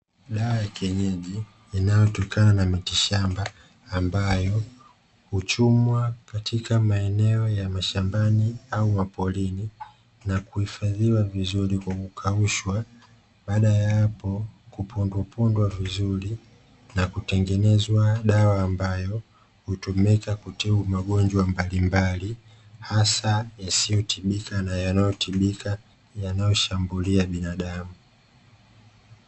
Dawa ya kienyeji inayotokana na mitishamba ambayo huchumwa katika maeneo ya mashambani au wa porini na kuhifadhiwa vizuri kwa kukaushwa, baada ya hapo kupondwa vizuri na kutengeneza dawa ambayo hutumika kutibu magonjwa mbalimbali hasa yasiyotibika na yanayotibika yanayoshambulia binadamu.